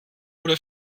oder